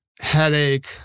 headache